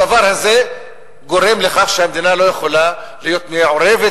הדבר הזה גורם לכך שהמדינה לא יכולה להיות מעורבת